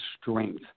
strength